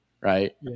right